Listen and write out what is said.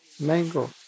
Mango